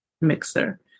Mixer